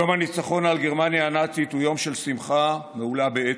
יום הניצחון על גרמניה הנאצית הוא יום של שמחה מהולה בעצב.